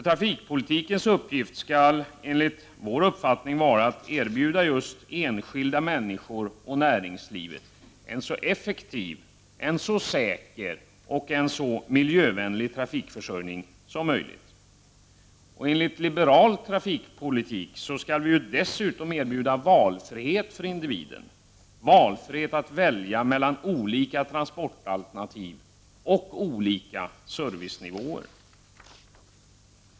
Trafikpolitikens uppgift skall enligt vår uppfattning vara att erbjuda just enskilda människor och näringslivet en så effektiv, säker och miljövänlig trafikförsörjning som möjligt. Enligt liberal trafikpolitik skall vi dessutom erbjuda individen valfrihet, dvs. frihet att välja mellan olika transportalternativ och olika servicenivåer.